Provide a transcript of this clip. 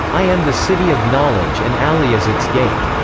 i am the city of knowledge and ali is its gate.